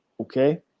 okay